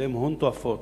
לשלם הון תועפות